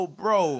bro